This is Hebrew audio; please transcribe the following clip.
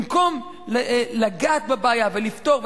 במקום לגעת בבעיה ולפתור,